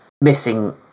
missing